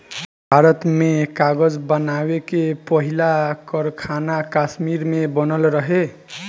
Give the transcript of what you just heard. भारत में कागज़ बनावे के पहिला कारखाना कश्मीर में बनल रहे